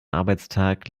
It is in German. arbeitstag